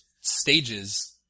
stages